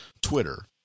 Twitter